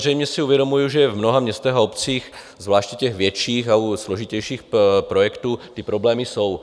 Sam si uvědomuji, že v mnoha městech a obcích, zvláště těch větších, a u složitějších projektů ty problémy jsou.